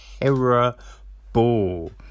terrible